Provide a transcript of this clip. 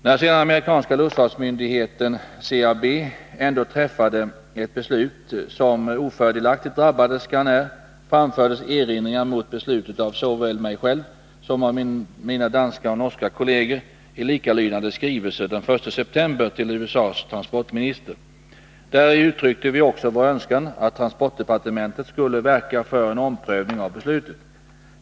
När sedan amerikanska luftfartsmyndigheten, CAB, ändå träffade ett beslut som ofördelaktigt drabbade Scanair framfördes erinringar mot beslutet av såväl mig själv som av mina danska och norska kollegor i likalydande skrivelser den 1 september till USA:s transportminister. Däri uttryckte vi också vår önskan att transportdepartementet skulle verka för en omprövning av beslutet.